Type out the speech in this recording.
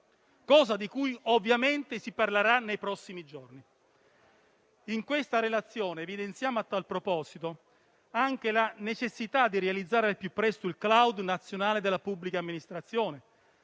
cosa di cui ovviamente si parlerà nei prossimi giorni. In questa relazione evidenziamo a tal proposito anche la necessità di realizzare al più presto il *cloud* nazionale della pubblica amministrazione,